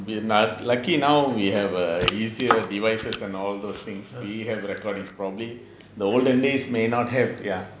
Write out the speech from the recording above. we like now lucky now we have a easier devices and all those things you have recordings probably the olden days may not have ya